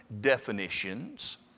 definitions